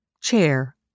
Chair